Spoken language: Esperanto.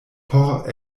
por